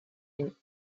unis